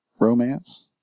romance